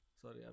Sorry